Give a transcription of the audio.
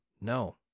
No